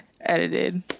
edited